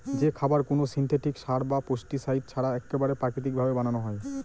যে খাবার কোনো সিনথেটিক সার বা পেস্টিসাইড ছাড়া এক্কেবারে প্রাকৃতিক ভাবে বানানো হয়